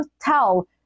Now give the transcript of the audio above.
tell